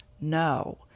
No